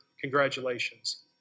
congratulations